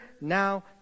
now